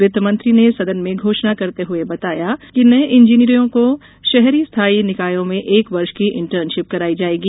वित्तमंत्री ने सदन में घोषणा करते हुए बताया कि नये इंजीनियरों को शहरी स्थानीय निकायों में एक वर्ष की इंटर्नशिप कराई जाएगी